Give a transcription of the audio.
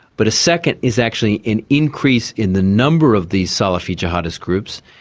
but a second is actually an increase in the number of these salafi-jihadist groups,